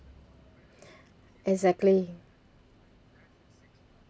exactly